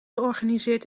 georganiseerd